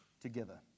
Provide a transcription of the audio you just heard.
together